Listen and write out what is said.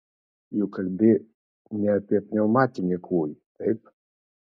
juk kalbi ne apie pneumatinį kūjį taip